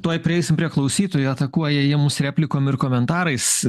tuoj prieisim prie klausytojų atakuoja jie mus replikom ir komentarais